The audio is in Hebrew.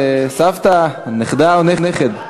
סבתא נכדה או נכד?